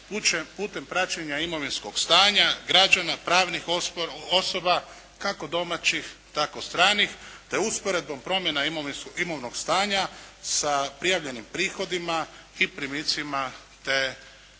putem praćenja imovinskog stanja građana, pravnih osoba kako domaćih tako stranih te usporedbom promjena imovnog stanja sa prijavljenim prihodima i primicima te plaćenom